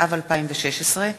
התשע"ו 2016,